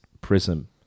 prism